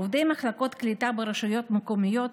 עובדי מחלקות הקליטה ברשויות המקומיות